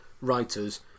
writers